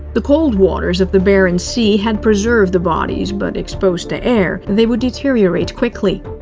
the cold waters of the barents sea had preserved the bodies but exposed to air, they would deteriorate quickly.